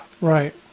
Right